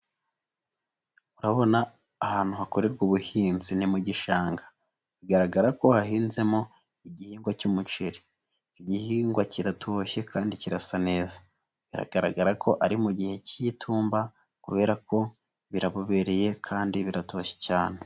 Urabona ahantu hakorerwa ubuhinzi, ni mu gishanga, bigaragara ko hahinzemo igihingwa cy'umuceri. Iki gihingwa kiratoshye, kandi kirasa neza, biragaragara ko ari mu gihe cy'itumba, kubera ko birabubereye kandi biratoshye cyane.